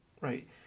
Right